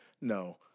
no